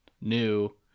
new